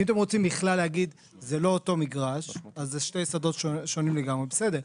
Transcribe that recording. ואתם רוצים להגיד: "זה לא אותו מגרש; אלה שני שדות שונים לגמרי" בסדר,